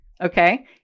okay